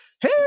Hey